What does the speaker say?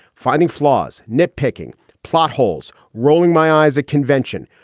finding flaws, nit picking plot holes, rolling my eyes, a convention,